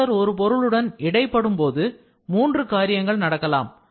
laser ஒரு பொருளுடன் இடை படும்போது மூன்று காரியங்கள் நடக்கலாம்